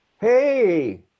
Hey